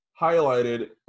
highlighted